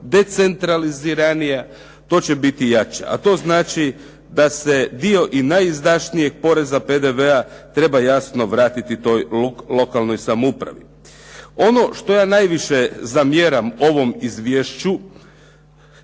decentraliziranija, to će biti jača. To znači da se dio i najizdašnije poreza PDV-a treba jasno vratiti toj lokalnoj samoupravi. Ono što ja najviše zamjeram ovom izvješću,